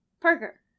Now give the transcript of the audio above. Parker